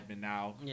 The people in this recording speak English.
now